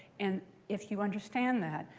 and if you understand that,